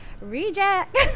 reject